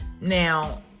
Now